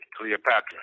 Cleopatra